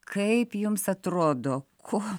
kaip jums atrodo ko